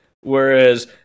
whereas